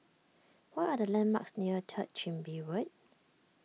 what are the landmarks near Third Chin Bee Road